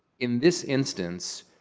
in this instance,